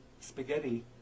spaghetti